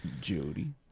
Jody